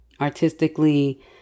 artistically